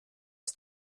ist